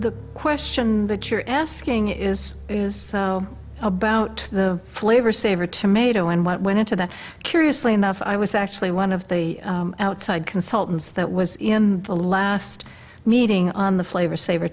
the question that you're asking is about the flavor saver tomato and what went into that curiously enough i was actually one of the outside consultants that was in the last meeting on the flavor saver